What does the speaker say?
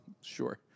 Sure